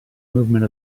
movement